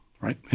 right